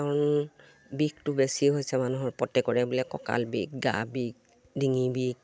কাৰণ বিষটো বেছি হৈছে মানুহৰ প্ৰত্যেকৰে বোলে কঁকাল বিষ গা বিষ ডিঙি বিষ